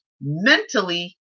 mentally